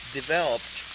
developed